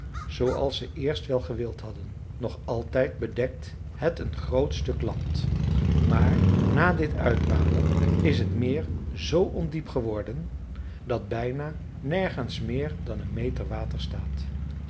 zooals ze eerst wel gewild hadden nog altijd bedekt het een groot stuk land maar na dit uitmalen is het meer zoo ondiep geworden dat bijna nergens meer dan een meter water staat